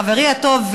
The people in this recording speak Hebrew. חברי הטוב,